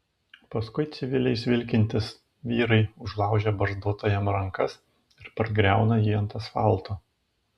paskui civiliais vilkintys vyrai užlaužia barzdotajam rankas ir pargriauna jį ant asfalto